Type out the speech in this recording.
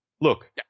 Look